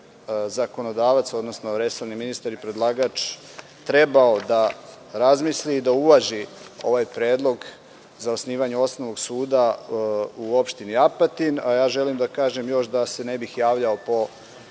zakonodavac, odnosno resorni ministar i predlagač trebao da razmisli i da uvaži ovaj predlog za osnivanje osnovnog suda u opštini Apatin. Želim da kažem još, da se ne bi javljao po